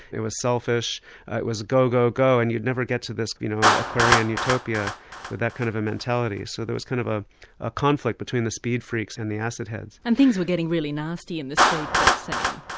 it was selfish, ah it was go, go, go and you'd never get to this you know aquarian utopia with that kind of a mentality, so there was kind of of a conflict between the speed-freaks and the acid-heads. and things were getting really nasty in the speed-freak scene.